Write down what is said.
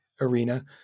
arena